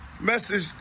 Message